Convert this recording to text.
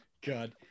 God